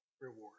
reward